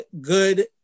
good